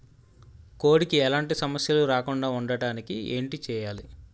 కోడి కి ఎలాంటి సమస్యలు రాకుండ ఉండడానికి ఏంటి చెయాలి?